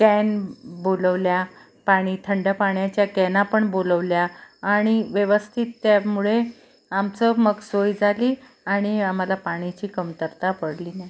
can बोलवल्या पाणी थंड पाण्याच्या कॅनापण बोलावल्या आणि व्यवस्थित त्यामुळे आमचं मग सोय झाली आणि आम्हाला पाण्याची कमतरता पडली नाही